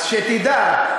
אז שתדע,